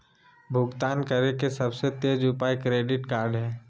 भुगतान करे के सबसे तेज उपाय क्रेडिट कार्ड हइ